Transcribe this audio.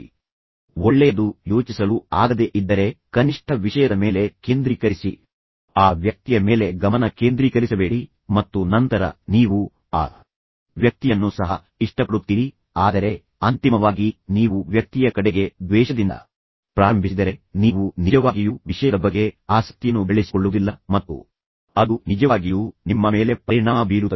ಆ ವ್ಯಕ್ತಿಯ ಬಗ್ಗೆ ಏನಾದರೂ ಒಳ್ಳೆಯದನ್ನು ಯೋಚಿಸಿ ವ್ಯಕ್ತಿಯ ಬಗ್ಗೆ ಏನಾದರೂ ಒಳ್ಳೆಯದು ಯೋಚಿಸಲು ಆಗದೆ ಇದ್ದರೆ ಕನಿಷ್ಠ ವಿಷಯದ ಮೇಲೆ ಕೇಂದ್ರೀಕರಿಸಿ ಆ ವ್ಯಕ್ತಿಯ ಮೇಲೆ ಗಮನ ಕೇಂದ್ರೀಕರಿಸಬೇಡಿ ಆ ವ್ಯಕ್ತಿಯು ಯಾವ ಒಳ್ಳೆಯ ವಿಷಯಗಳನ್ನು ಹೇಳಲಿದ್ದಾನೆ ಎಂಬುದನ್ನು ನೋಡಲು ಪ್ರಯತ್ನಿಸಿ ಮತ್ತು ನಂತರ ನೀವು ಆ ವ್ಯಕ್ತಿಯನ್ನು ಸಹ ಇಷ್ಟಪಡುತ್ತೀರಿ ಆದರೆ ಅಂತಿಮವಾಗಿ ನೀವು ವ್ಯಕ್ತಿಯ ಕಡೆಗೆ ದ್ವೇಷದಿಂದ ಪ್ರಾರಂಭಿಸಿದರೆ ನೀವು ನಿಜವಾಗಿಯೂ ವಿಷಯದ ಬಗ್ಗೆ ಆಸಕ್ತಿಯನ್ನು ಬೆಳೆಸಿಕೊಳ್ಳುವುದಿಲ್ಲ ಮತ್ತು ಅದು ನಿಜವಾಗಿಯೂ ನಿಮ್ಮ ಮೇಲೆ ಪರಿಣಾಮ ಬೀರುತ್ತದೆ